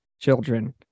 children